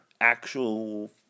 Actual